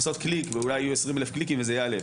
לעשות קליק ואולי יהיו 20,000 קליקים וזה יעלה.